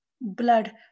blood